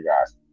guys